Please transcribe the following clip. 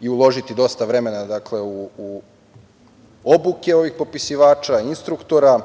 i uložiti dosta vremena u obuke ovih popisivača, instruktora